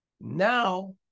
now